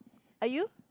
are you